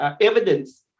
evidence